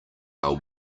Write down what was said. are